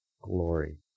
glory